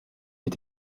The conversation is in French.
est